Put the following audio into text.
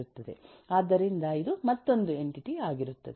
ಆದ್ದರಿಂದ ಇದು ಮತ್ತೊಂದು ಎಂಟಿಟಿ ಆಗಿರುತ್ತದೆ